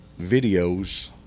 videos